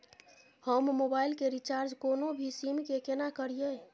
हम मोबाइल के रिचार्ज कोनो भी सीम के केना करिए?